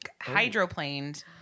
hydroplaned